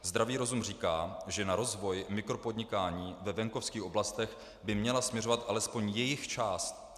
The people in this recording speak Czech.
Zdravý rozum říká, že na rozvoj mikropodnikání ve venkovských oblastech by měla směřovat alespoň jejich část.